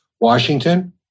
Washington